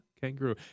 Kangaroo